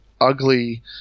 ugly